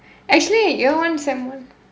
actually year one sem one